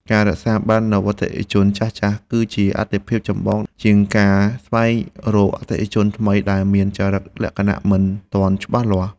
ការរក្សាបាននូវអតិថិជនចាស់ៗ គឺជាអាទិភាពចម្បងជាងការស្វែងរកអតិថិជនថ្មីដែលមានចរិតលក្ខណៈមិនទាន់ច្បាស់លាស់។